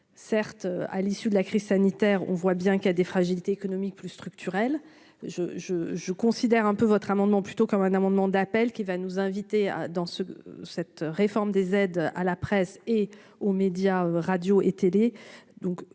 certes, à l'issue de la crise sanitaire, on voit bien qu'il y a des fragilités économiques plus structurelle, je je je considère un peu votre amendement plutôt comme un amendement d'appel qui va nous inviter dans ce cette réforme des aides à la presse et aux médias, radios et télé